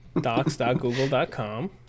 Docs.google.com